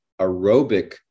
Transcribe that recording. aerobic